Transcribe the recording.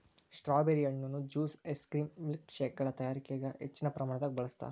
strawberry ಹಣ್ಣುನ juice ice cream ಮಿಲ್ಕ್ಶೇಕಗಳ ತಯಾರಿಕ ಹೆಚ್ಚಿನ ಪ್ರಮಾಣದಾಗ ಬಳಸ್ತಾರ್